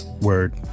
word